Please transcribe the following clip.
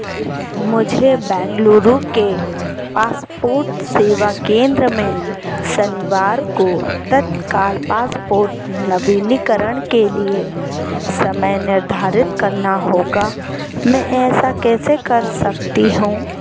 मुझे बेंगलुरु के पासपोर्ट सेवा केंद्र में शनिवार को तत्काल पासपोर्ट नवीनीकरण के लिए समय निर्धारित करना होगा मैं ऐसा कैसे कर सकती हूँ